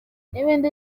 n’ibindi